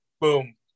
Boom